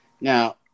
Now